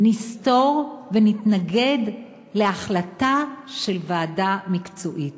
נסתור ונתנגד להחלטה של ועדה מקצועית.